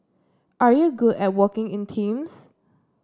are you good at working in teams